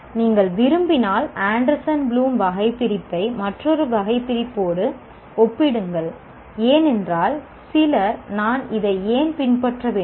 நீங்கள் விரும்பினால் Anderson Bloom வகைபிரிப்பை மற்றொரு வகைபிரிப்போடு ஒப்பிடுங்கள் ஏனென்றால் சிலர் நான் இதை ஏன் பின்பற்ற வேண்டும்